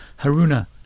Haruna